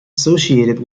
associated